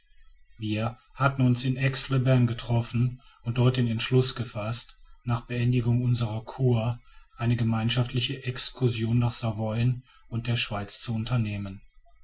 wir hatten uns in aix les bains getroffen und dort den entschluß gefaßt nach beendigung unserer cur eine gemeinschaftliche excursion nach savoyen und der schweiz zu unternehmen